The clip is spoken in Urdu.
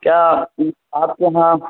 کیا آپ کے یہاں